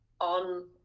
on